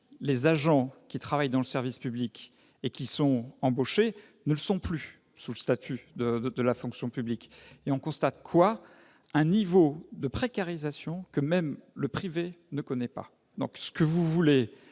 les agents qui travaillent dans le service public et qui sont embauchés ne le sont plus sous statut de la fonction publique. On en arrive à un niveau de précarisation que même le privé ne connaît pas ! S'agissant de